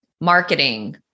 marketing